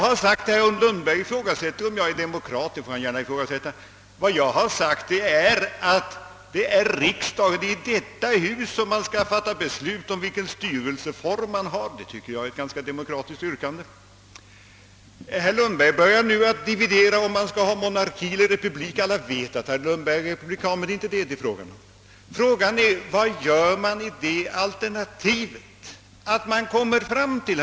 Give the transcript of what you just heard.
Herr Lundberg ifrågasätter om jag är demokrat, och det får han gärna göra. Vad jag har sagt är att det är i detta hus som man skall fatta beslut om vilken styrelseform vi skall ha. Och det tycker jag är ett ganska demokratiskt yrkande. Herr Lundberg börjar nu att dividera om, huruvida vi skall ha demokrati eller republik. Det är inte det frågan här gäller, och alla vet för övrigt att herr Lundberg är republikan.